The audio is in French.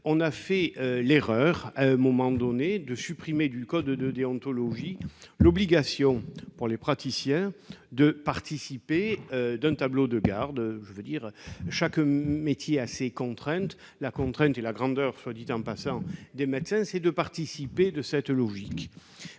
On a fait l'erreur, à un moment donné, de supprimer du code de déontologie l'obligation, pour les praticiens, de s'inscrire à un tableau de garde. Chaque métier a ses contraintes- la contrainte et la grandeur, soit dit en passant, des médecins, c'est de participer de cette logique.